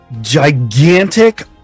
gigantic